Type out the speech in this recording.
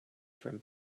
from